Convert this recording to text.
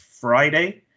friday